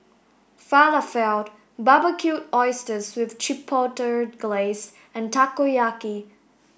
Falafel Barbecued Oysters with Chipotle Glaze and Takoyaki